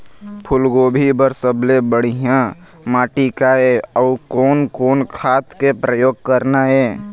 फूलगोभी बर सबले बढ़िया माटी का ये? अउ कोन कोन खाद के प्रयोग करना ये?